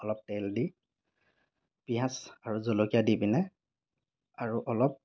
অলপ তেল দি পিঁয়াজ আৰু জলকীয়া দি পিনে আৰু অলপ